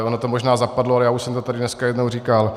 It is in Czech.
Ono to možná zapadlo, ale já už jsem to tady dneska jednou říkal.